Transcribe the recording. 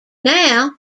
now